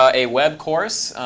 ah a web course,